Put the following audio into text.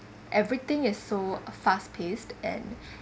everything is so fast paced and